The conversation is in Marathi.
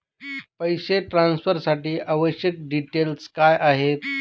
पैसे ट्रान्सफरसाठी आवश्यक डिटेल्स काय आहेत?